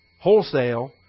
wholesale